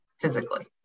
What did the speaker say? physically